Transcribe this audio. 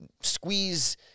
squeeze